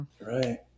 Right